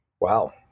Wow